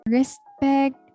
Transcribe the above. respect